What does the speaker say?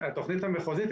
בתוכנית המחוזית,